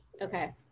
Okay